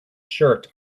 shirt